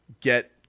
get